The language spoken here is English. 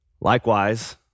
Likewise